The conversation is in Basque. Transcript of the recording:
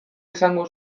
izango